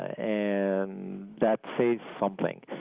and that says something.